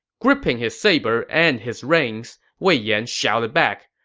gripping his saber and his reins, wei yan shouted back,